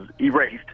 erased